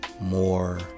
more